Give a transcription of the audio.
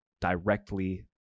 directly